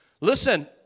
Listen